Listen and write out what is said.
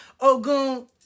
Ogun